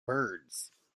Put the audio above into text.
birds